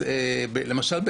למשל,